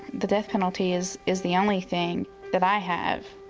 the death penalty is, is the only thing that i have.